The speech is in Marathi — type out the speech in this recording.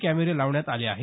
कॅमेरे लावण्यात आले आहेत